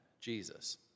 Jesus